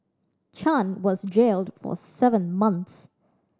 Chan was jailed for seven months